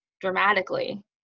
dramatically